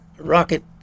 rocket